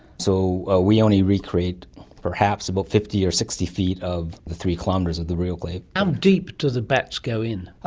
so ah we really only recreate perhaps about fifty or sixty feet of the three kilometres of the real cave. how deep to the bats go in?